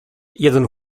jeden